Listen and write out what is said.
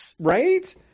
right